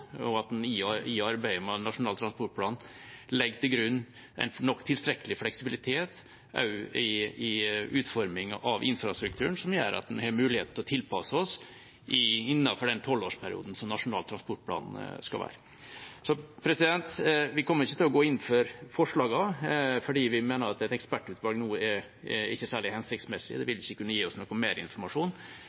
og at en legger til grunn tilstrekkelig fleksibilitet også i utforming av infrastrukturen, slik at vi har mulighet til å tilpasse oss innenfor den tolvårsperioden som Nasjonal transportplan skal vare. Så vi kommer ikke til å gå inn for forslagene, for vi mener at et ekspertutvalg nå ikke er særlig hensiktsmessig – det vil ikke kunne gi oss